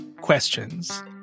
questions